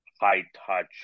high-touch